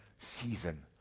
season